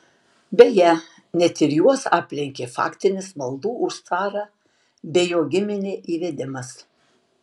beje net ir juos aplenkė faktinis maldų už carą bei jo giminę įvedimas